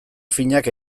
finak